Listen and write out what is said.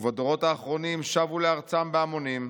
ובדורות האחרונים שבו לארצם בהמונים,